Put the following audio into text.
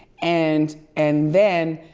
and and then